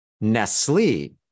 Nestle